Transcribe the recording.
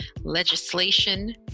legislation